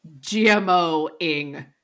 gmo-ing